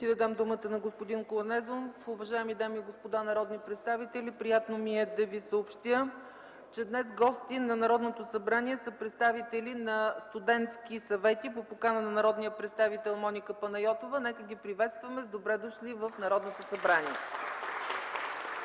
Заповядайте, господин Корнезов. Уважаеми дами и господа, приятно ми е да ви съобщя, че днес гости на Народното събрание са представители на студентски съвети, по покана на народния представител Моника Панайотова. Нека ги приветстваме с „Добре дошли!” в Народното събрание.